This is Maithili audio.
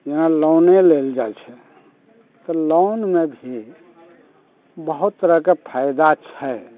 जेना लोने लेल जाइ छै तऽ लोनमे भी बहुत तरहके फायदा छै